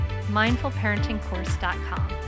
mindfulparentingcourse.com